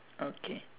okay